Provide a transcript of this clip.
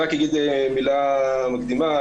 אגיד מילה מקדימה.